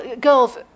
girls